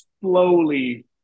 slowly